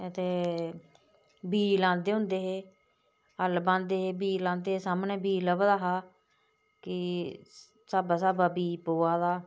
ते बीऽ लांदे होंदे हे हल बांह्दे हे बीऽ लांदे हे सामने बी लब्भदा हा कि स्हाबै स्हाबै दा बी पोवा दा ए